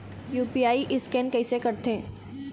UPI scan कइसे करथे?